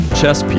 Chess